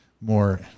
more